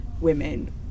women